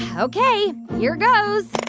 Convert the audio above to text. ok. here goes